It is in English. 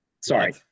Sorry